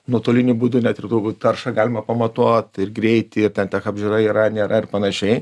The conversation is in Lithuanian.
nuotoliniu būdu net ir turbūt taršą galima pamatuot ir greitį ir ten tech apžiūra yra nėra ir panašiai